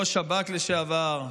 לראש השב"כ לשעבר?